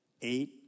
Eight